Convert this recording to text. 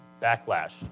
backlash